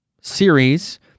series